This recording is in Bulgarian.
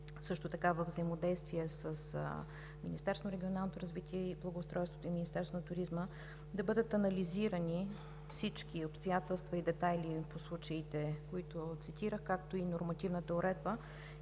регионалното развитие и благоустройството и Министерството на туризма да бъдат анализирани всички обстоятелства и детайли по случаите, които цитирах, както и нормативната уредба.